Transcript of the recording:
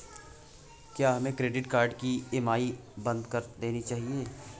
क्या हमें credit card की ई.एम.आई बंद कर देनी चाहिए?